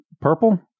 purple